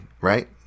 right